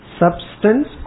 substance